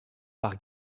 par